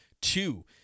two